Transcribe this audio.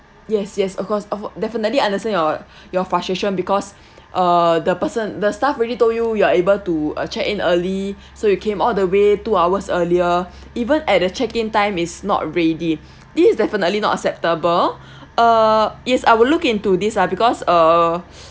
yes yes of course definitely understand your your frustration because uh the person the staff already told you you are able to uh check in early so you came all the way two hours earlier even at the check in time is not ready this is definitely not acceptable uh yes I'll look into this ah because err